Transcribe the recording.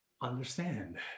understand